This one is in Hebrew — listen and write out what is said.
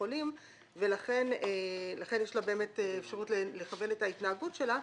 חולים ולכן יש לה באמת אפשרות לכוון את ההתנהגות שלה.